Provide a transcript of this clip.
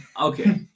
Okay